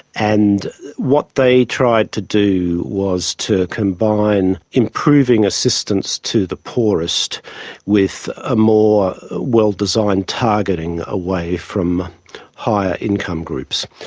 and what they tried to do was to combine improving assistance to the poorest with a more well-designed targeting away from higher income groups.